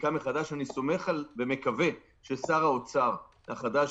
עכשיו עוד מאות אלפי מובטלים חדשים מאלה ששמרו את